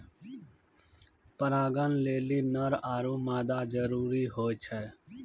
परागण लेलि नर आरु मादा जरूरी होय छै